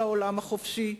של העולם החופשי,